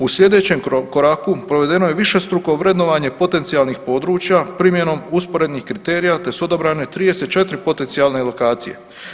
U sljedećem koraku provedeno je višestruko vrednovanje potencijalnih područja primjenom usporednih kriterija, te su odabrane 34 potencijalne lokacije.